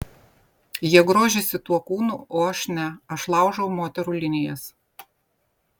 jie grožisi tuo kūnu o aš ne aš laužau moterų linijas